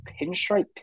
pinstripe